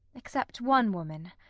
except one woman,